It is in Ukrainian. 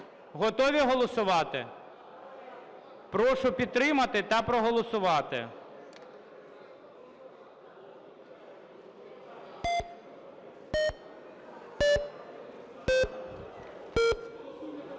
Готові голосувати? Прошу підтримати та проголосувати.